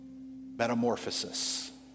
metamorphosis